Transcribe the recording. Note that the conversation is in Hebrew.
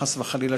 חס וחלילה,